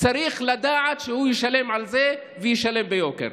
צריך לדעת שהוא ישלם על זה, וישלם ביוקר.